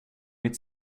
mitt